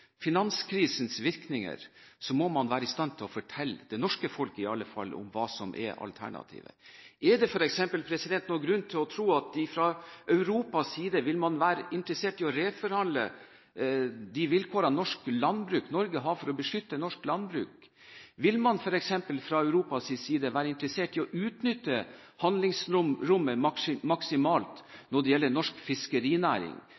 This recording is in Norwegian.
finanskrisens virkninger – må man i alle fall være i stand til å fortelle det norske folk hva som er alternativet. Er det f.eks. noen grunn til å tro at man fra Europas side vil være interessert i å reforhandle de vilkårene Norge har for å beskytte norsk landbruk? Vil man f.eks. fra Europas side være interessert i å utnytte